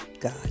God